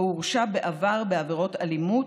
או הורשע בעבר בעבירות אלימות,